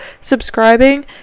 subscribing